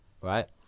right